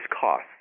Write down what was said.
cost